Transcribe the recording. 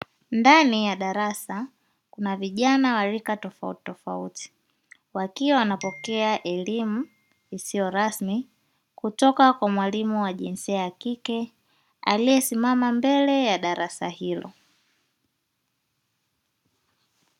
Ndani ya darasa, kuna vijana wa lika tofauti tofauti wakiwa wanapokea elimu isiyo rasmi, kutoka kwa mwalimu wa jinsi ya kike aliye simama mbele ya darasa hilo.